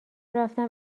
رفتم